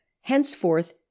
henceforth